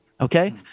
Okay